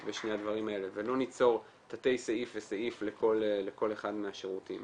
בשני הדברים האלה ולא ניצור תתי סעיף וסעיף לכל אחד מהשירותים,